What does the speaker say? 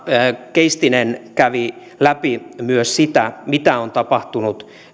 keistinen kävi läpi myös sitä mitä on tapahtunut